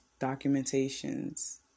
documentations